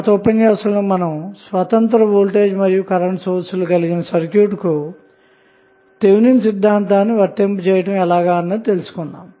గత ఉపన్యాసం లో మనం స్వతంత్ర వోల్టేజ్ మరియు కరెంటు సోర్స్ లు కలిగిన సర్క్యూట్ కు థెవినిన్ సిద్ధాంతాన్ని వర్తింపచేయుట గురించి తెలుసుకున్నాము